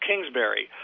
Kingsbury